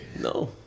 No